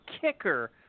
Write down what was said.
kicker